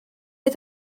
est